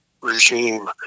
Regime